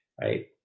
right